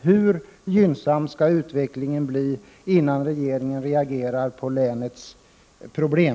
Hur ogynnsam skall utvecklingen bli, innan regeringen reagerar inför länets problem?